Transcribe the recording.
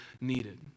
needed